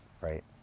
right